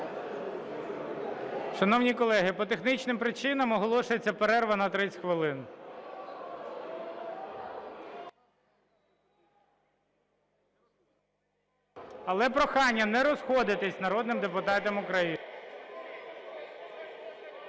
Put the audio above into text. Шановні колеги, по технічним причинам оголошується перерва на 30 хвилин. Але прохання не розходитись народним депутатам України.